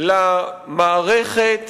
למערכת